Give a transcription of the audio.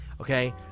okay